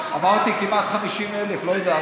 אמרתי כמעט 50,000. לא יודע,